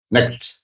Next